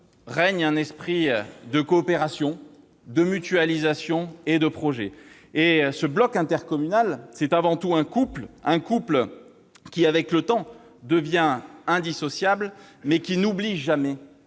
règne un esprit de coopération, de mutualisation et de projets. Ce bloc intercommunal est avant tout un couple, qui, avec le temps, devient indissociable, mais qui n'oublie jamais